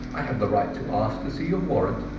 i have the right to ask to see your warrant,